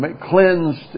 cleansed